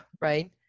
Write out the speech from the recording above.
right